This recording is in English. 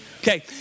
Okay